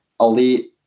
elite